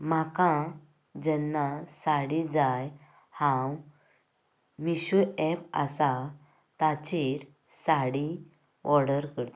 म्हाका जेन्ना साडी जाय हांव मिशो एप आसा ताचेर साडी ऑर्डर करतां